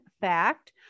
fact